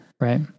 right